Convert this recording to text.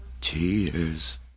tears